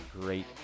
great